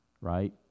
right